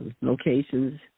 locations